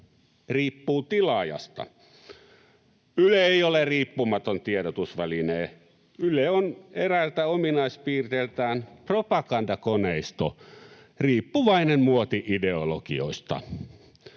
Riippuu tilaajasta. Yle ei ole riippumaton tiedotusväline. Yle on eräiltä ominaispiirteiltään propagandakoneisto, riippuvainen muoti-ideologioista.